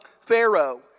Pharaoh